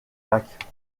lac